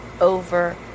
over